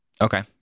Okay